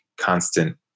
constant